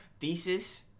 thesis